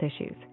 issues